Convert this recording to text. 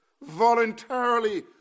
voluntarily